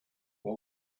but